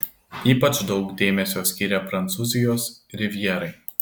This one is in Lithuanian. ypač daug dėmesio skyrė prancūzijos rivjerai